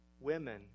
Women